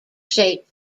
shape